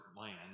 land